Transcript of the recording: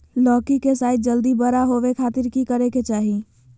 लौकी के साइज जल्दी बड़ा होबे खातिर की करे के चाही?